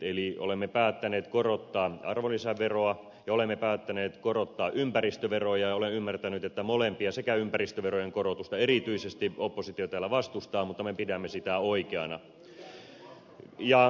eli olemme päättäneet korottaa arvonlisäveroa ja olemme päättäneet korottaa ympäristöveroja ja olen ymmärtänyt että molempia ympäristöverojen korotusta erityisesti oppositio täällä vastustaa mutta me pidämme sitä oikeana